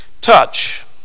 Touch